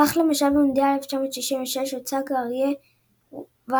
כך למשל במונדיאל 1966 הוצג האריה "ווילי",